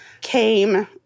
came